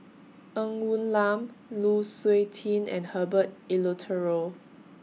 Ng Woon Lam Lu Suitin and Herbert Eleuterio